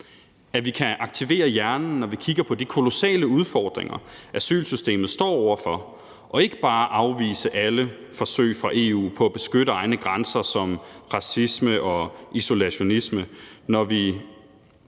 at vi kan aktivere hjernen, når vi kigger på de kolossale udfordringer, asylsystemet står over for, og ikke bare afvise alle forsøg fra EU på at beskytte egne grænser som racisme og isolationisme, når vi